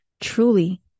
truly